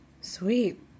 Sweet